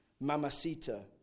Mamacita